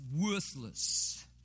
worthless